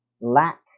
lack